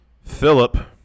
Philip